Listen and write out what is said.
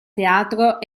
teatro